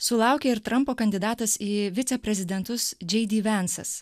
sulaukė ir trampo kandidatas į viceprezidentus džei dy vensas